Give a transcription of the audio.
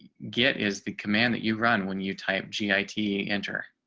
get is the command that you run when you type gi t enter.